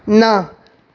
ना